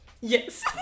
yes